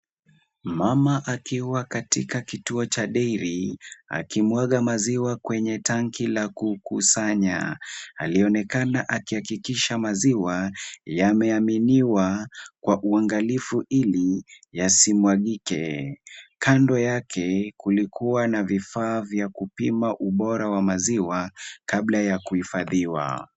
Mama akiwa katika kituo cha dairy , akimwaga maziwa kwenye tank la kukusanya. Alionekana akihakikisha maziwa yameaminiwa kwa uangalifu ili yasimwagike. Kando yake kulikuwa na vifaa vya kupima ubora wa maziwa, kabla ya kuhifadhiwa.